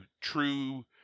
true